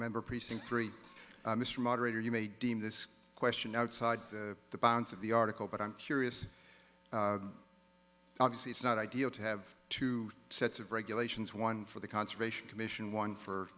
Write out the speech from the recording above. member precinct three mr moderator you may deem this question outside the bounds of the article but i'm curious obviously it's not ideal to have two sets of regulations one for the conservation commission one for